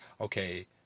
okay